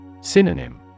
Synonym